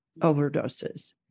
overdoses